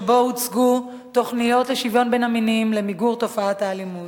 שבו הוצגו תוכניות לשוויון בין המינים למיגור תופעת האלימות.